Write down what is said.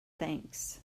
thanks